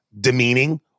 demeaning